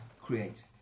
create